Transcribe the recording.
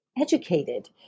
educated